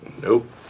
Nope